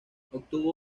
obtuvo